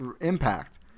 impact